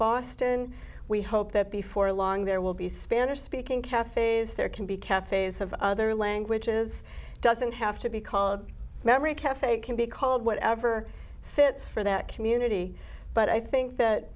boston we hope that before long there will be spanish speaking cafes there can be cafes of other languages doesn't have to be called memory caf it can be called whatever fits for that community but i think that